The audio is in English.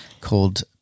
called